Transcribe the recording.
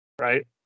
right